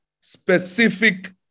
specific